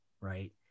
right